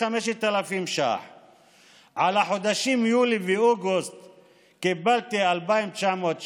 כאשר דנו בחוק משק המדינה ועמדנו מול הבקשה של האוצר